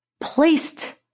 placed